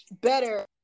better